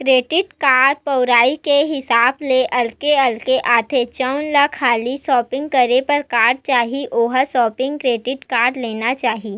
credit card बउरई के हिसाब ले अलगे अलगे आथे, जउन ल खाली सॉपिंग करे बर कारड चाही ओला सॉपिंग क्रेडिट कारड लेना चाही